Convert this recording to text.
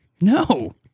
No